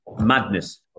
Madness